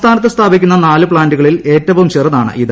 സംസ്ഥാനത്ത് സ്ഥാപിക്കുന്ന് നാലു പ്ലാന്റുകളിൽ ഏറ്റവും ചെറുതാണിത്